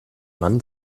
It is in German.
mann